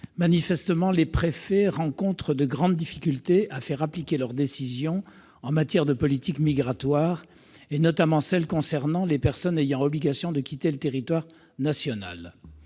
Manifestement, les préfets rencontrent les plus grandes difficultés à faire appliquer leurs décisions en matière de politique migratoire, et notamment celles qui concernent les personnes ayant obligation de quitter le territoire national.